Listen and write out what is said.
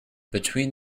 between